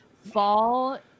fall